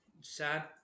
Sad